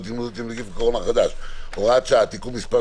להתמודדות עם נגיף הקורונה החדש (הוראת שעה) (תיקון מס'